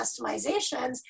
customizations